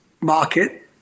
market